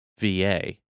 VA